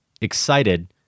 excited